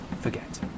forget